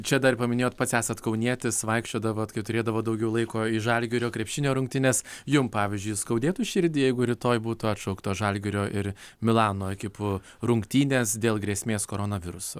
čia dar paminėjot pats esat kaunietis vaikščiodavot kai turėdavot daugiau laiko į žalgirio krepšinio rungtynes jum pavyzdžiui skaudėtų širdį jeigu rytoj būtų atšauktos žalgirio ir milano ekipų rungtynės dėl grėsmės koronavirusu